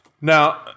Now